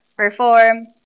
perform